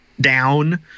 down